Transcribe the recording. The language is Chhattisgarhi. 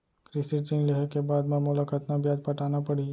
कृषि ऋण लेहे के बाद म मोला कतना ब्याज पटाना पड़ही?